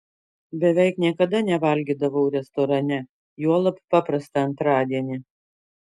beveik niekada nevalgydavau restorane juolab paprastą antradienį